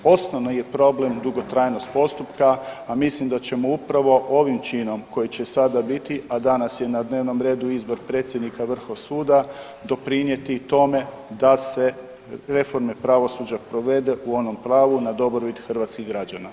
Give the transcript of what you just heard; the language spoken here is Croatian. Osnovni je problem dugotrajnost postupka, a mislim da ćemo upravu ovim činom koji će sada biti, a danas je na dnevnom redu izbor predsjednika vrho suda doprinijeti i tome da se reforme pravosuđa provede u onom pravu na dobrobit hrvatskih građana.